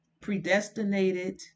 predestinated